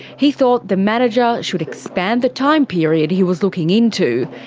he thought the manager should expand the time period he was looking into,